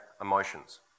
emotions